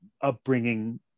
upbringing